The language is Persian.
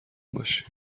باشی